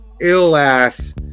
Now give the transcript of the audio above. ill-ass